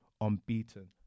unbeaten